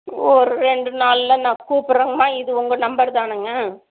ஒரு ரெண்டு நாளில் நான் கூப்பிட்றேங்கம்மா இது உங்கள் நம்பர் தானங்க